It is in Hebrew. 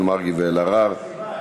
899 ו-907,